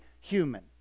human